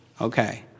Okay